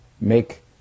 make